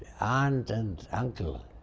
aunt and uncle